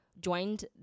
Joined